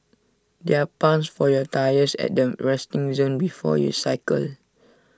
there are pumps for your tyres at the resting zone before you cycle